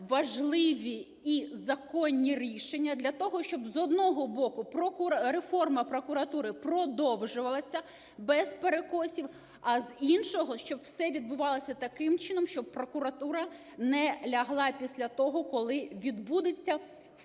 важливі і законні рішення для того, щоб, з одного боку, реформа прокуратури продовжувалася без перекосів, а з іншого, щоб все відбувалася таким чином, щоб прокуратура не лягла після того, коли відбудуться